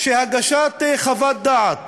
שהגשת חוות דעת